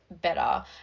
better